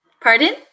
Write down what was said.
Pardon